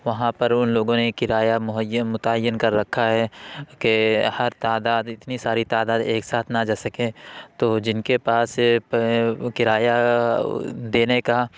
وہاں پر ان لوگوں نے کرایہ مہیم متعین کر رکھا ہے کہ ہر تعداد اتنی ساری تعداد ایک ساتھ نہ جا سکے تو جن کے پاس کرایہ دینے کا